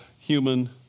human